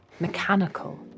Mechanical